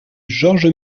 georges